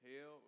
Hell